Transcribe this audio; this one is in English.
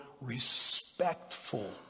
respectful